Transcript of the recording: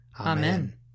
Amen